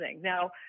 Now